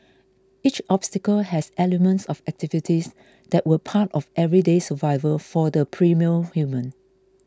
each obstacle has elements of activities that were part of everyday survival for the primal human